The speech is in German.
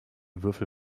würfel